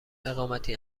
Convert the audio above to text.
اقداماتی